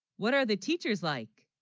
what are the teachers like